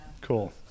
Cool